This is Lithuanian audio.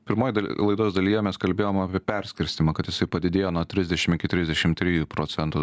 pirmoj laidos dalyje mes kalbėjom apie perskirstymą kad jisai padidėjo nuo trisdešim iki trisdešim trijų procentų